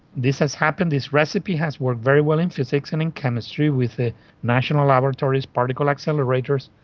this has happened, this recipe has worked very well in physics and in chemistry with the national laboratories, particle accelerators.